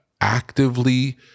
actively